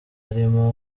arimo